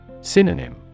Synonym